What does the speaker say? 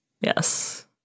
Yes